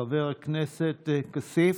חבר הכנסת כסיף,